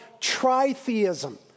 tritheism